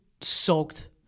soaked